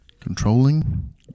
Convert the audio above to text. Controlling